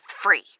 free